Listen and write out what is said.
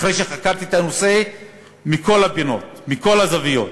אחרי שחקרתי את הנושא מכל הפינות, מכל הזוויות: